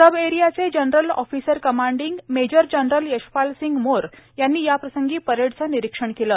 सब एरियाचे general officer commanding major general Yashpal Singh Mor यांनी याप्रसंगी परेडचं निरीक्षण केलं